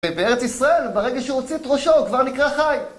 בארץ ישראל, ברגע שהוא הוציא את ראשו, הוא כבר נקרא חי.